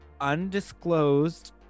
undisclosed